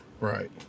Right